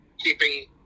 keeping